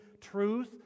truth